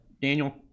Daniel